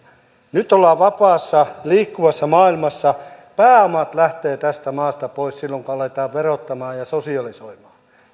nyt ollaan vapaassa liikkuvassa maailmassa pääomat lähtevät tästä maasta pois silloin kun aletaan verottamaan ja sosialisoimaan